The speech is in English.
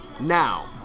Now